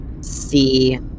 see